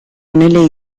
nelle